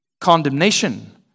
condemnation